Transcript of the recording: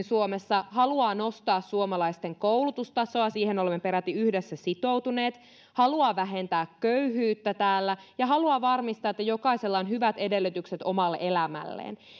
suomessa ymmärtääkseni haluaa nostaa suomalaisten koulutustasoa siihen olemme peräti yhdessä sitoutuneet haluaa vähentää köyhyyttä täällä ja haluaa varmistaa että jokaisella on hyvät edellytykset omalle elämälleen